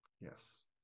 Yes